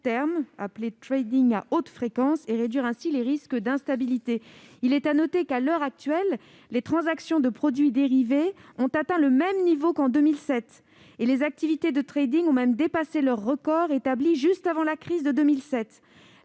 terme, appelées à haute fréquence, et ainsi les risques d'instabilité. À l'heure actuelle, les transactions de produits dérivés ont atteint le même niveau qu'en 2007 et les activités de ont même dépassé leur record établi juste avant la crise de 2007.